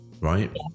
right